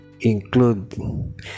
include